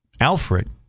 Alfred